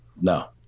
No